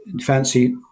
fancy